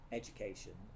education